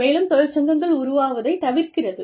மேலும் தொழிற்சங்கங்கள் உருவாவதைத் தவிர்க்கிறது